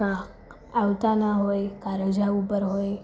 કાં આવતા ના હોય કાં રજા ઉપર હોય